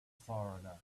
foreigner